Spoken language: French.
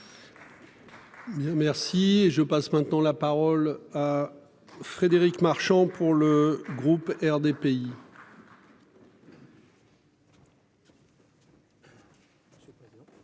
Merci. Et je passe maintenant la parole à Frédéric Marchand. Pour le groupe RDPI.